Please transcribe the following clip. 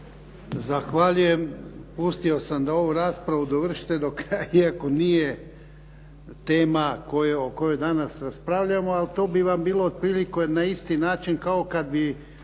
Zahvaljujem. Pustio sam da ovu raspravu dovršite do kraja, iako nije tema o kojoj danas raspravljamo, ali to bi vam bilo otprilike na isti način kao kad bi